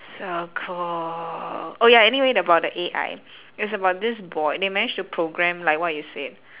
so cool oh ya anyway about the A_I it's about this boy they managed to program like what you said